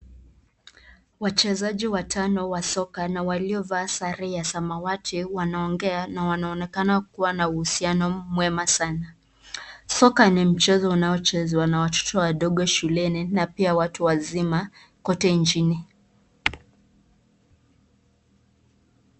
Wachezaji watano wa soka na waliovaa sare ya samawati wanaongea na wanaonekana kuwa wanauhusiano mwema sana,l. Soka ni mchezo unaochezwa na watoto wadogo shuleni na pia watu wazima kote nchini.